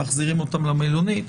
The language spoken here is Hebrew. אם מחזירים אותם למלונית.